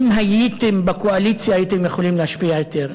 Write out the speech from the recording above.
אם הייתם בקואליציה הייתם יכולים להשפיע יותר.